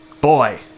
boy